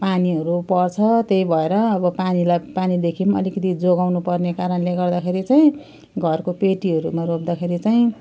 पानीहरू पर्छ त्यही भएर अब पानीलाई पानीदेखि अब अलिकति जोगाउनु पर्ने कारणले गर्दाखेरि चाहिँ घरको पेटीहरूमा रोप्दाखेरि चाहिँ